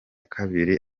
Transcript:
kabiri